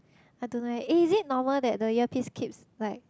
I don't know eh is it normal that the earpiece keeps like